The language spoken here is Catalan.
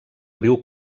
riu